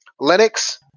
Linux